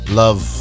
love